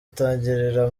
utangirira